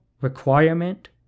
requirement